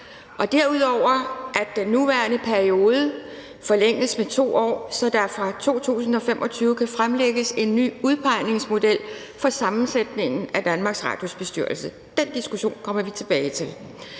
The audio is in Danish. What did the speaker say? Derudover forlænges den nuværende periode med 2 år, så der i 2025 kan fremlægges en ny udpegningsmodel for sammensætningen af DR's bestyrelse. Den diskussion kommer vi tilbage til.